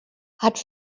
hat